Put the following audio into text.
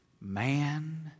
Man